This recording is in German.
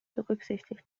berücksichtigt